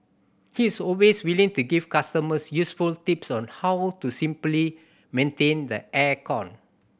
he is always willing to give customers useful tips on how to simply maintain the air con